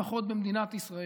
לפחות במדינת ישראל: